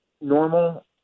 normal